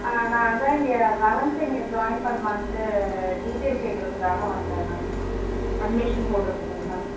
நான் அதான் இங்கே லெவன்த்து இங்கே ஜாயின் பண்ணலான்ட்டு டீட்டெய்ல் கேக்கிறதுக்காக வந்தேன் மேம் அட்மிஷன் போடுறதுக்குங்க மேம்